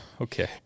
Okay